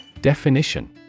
Definition